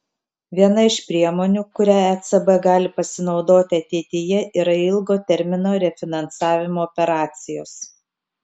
viena iš priemonių kuria ecb gali pasinaudoti ateityje yra ilgo termino refinansavimo operacijos